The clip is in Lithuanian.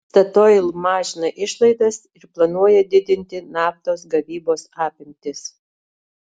statoil mažina išlaidas ir planuoja didinti naftos gavybos apimtis